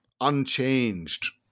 unchanged